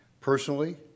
personally